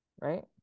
Right